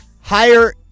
higher